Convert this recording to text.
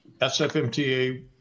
SFMTA